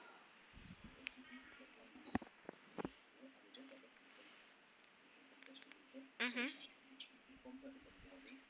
mmhmm